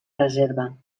reserva